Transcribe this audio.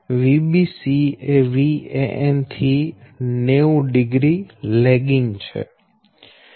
Vbc એ Van થી 900 lagging છે